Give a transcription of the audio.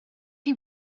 chi